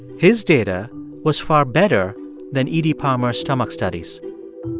his data was far better than e d. palmer's stomach studies